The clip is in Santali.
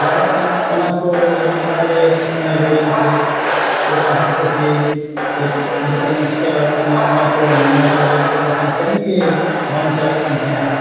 ᱞᱟᱜᱟᱜ ᱠᱟᱱᱟ ᱚᱱᱟ ᱠᱚ ᱞᱚᱜᱚᱱ ᱫᱷᱟᱨᱟ ᱜᱮ ᱴᱷᱤᱠᱟᱹᱱᱟ ᱞᱟᱹᱭᱟᱹᱧ ᱯᱮ ᱪᱮᱫ ᱟᱫᱷᱟᱨ ᱠᱚ ᱪᱮᱫ ᱪᱮᱫ ᱰᱚᱠᱳᱢᱮᱱᱴᱥ ᱠᱚ ᱞᱟᱜᱟᱜ ᱠᱟᱱᱟ ᱚᱱᱟ ᱠᱚ ᱞᱚᱜᱚᱱ ᱫᱷᱟᱨᱟᱜᱮ ᱞᱟᱹᱭᱟᱹᱧ ᱯᱮ ᱵᱟᱠᱷᱟᱱ ᱠᱟᱹᱢᱤ ᱜᱮ ᱵᱟᱝ ᱪᱟᱞᱟᱜ ᱠᱟᱱ ᱛᱤᱧᱟᱹ